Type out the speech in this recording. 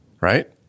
Right